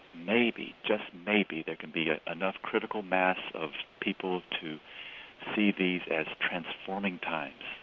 maybe, just maybe there can be enough critical mass of people to see these as transforming times.